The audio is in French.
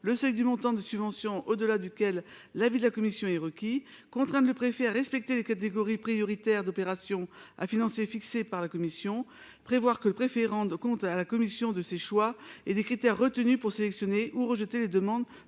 le seuil du montant de subventions au-delà duquel l'avis de la commission et requis contraindre le préfet à respecter les catégories prioritaires d'opération à financer, fixé par la Commission prévoir que le préfet rendent compte à la commission de ses choix et des critères retenus pour sélectionner ou rejeter les demandes